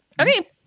okay